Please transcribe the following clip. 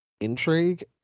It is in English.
intrigue